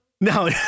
no